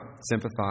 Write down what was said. sympathize